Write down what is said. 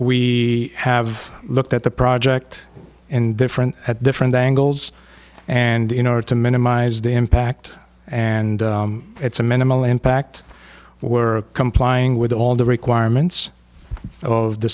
we have looked at the project in different at different angles and in order to minimize the impact and it's a minimal impact were complying with all the requirements of the